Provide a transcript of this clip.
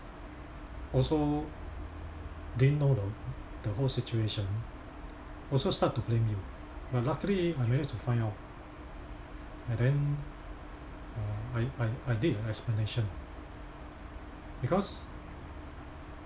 also didn't know the the whole situation also start to blame you but luckily I managed to find out and then uh I I I did a explanation because